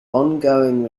ongoing